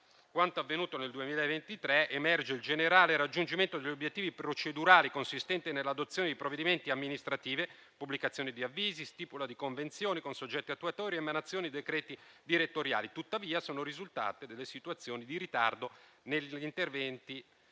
quanto avvenuto nel 2023 emerge il generale raggiungimento degli obiettivi procedurali consistenti nell'adozione di provvedimenti amministrativi, pubblicazioni di avvisi, stipula di convenzioni con soggetti attuatori ed emanazioni di decreti direttoriali. Tuttavia, sono risultate situazioni di ritardo negli interventi